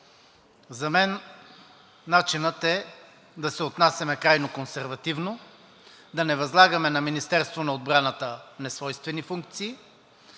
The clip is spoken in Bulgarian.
За мен начинът е да се отнасяме крайно консервативно, да не възлагаме на Министерството на отбраната несвойствени функции.